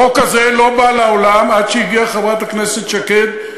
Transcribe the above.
החוק הזה לא בא לעולם עד שהגיעה חברת הכנסת שקד,